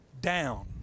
down